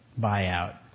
buyout